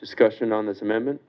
discussion on this amendment